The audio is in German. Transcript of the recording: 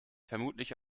vermutlich